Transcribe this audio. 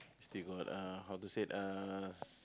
still got uh how to said us